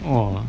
!wah!